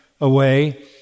away